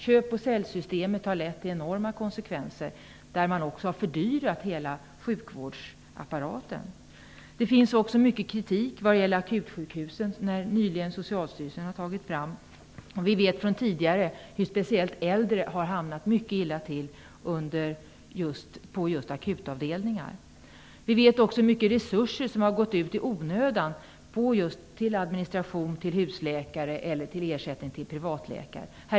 Köpsälj-systemet har fått enorma konsekvenser. Hela sjukvårdsapparaten har fördyrats. Mycket kritik förekommer vad gäller akutsjukhusen. Socialstyrelsen har nyligen tagit fram fakta. Vi vet från tidigare att speciellt äldre människor råkat mycket illa ut på just akutavdelningar. Vi vet också hur mycket resurser som avsatts i onödan just när det gäller administration, husläkare eller ersättning till privatläkare.